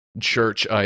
church